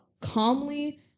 calmly